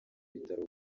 bitaro